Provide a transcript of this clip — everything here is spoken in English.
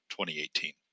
2018